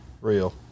Real